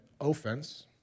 offense